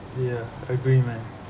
ya agree man